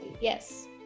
yes